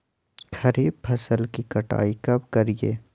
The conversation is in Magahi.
खरीफ फसल की कटाई कब करिये?